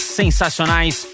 sensacionais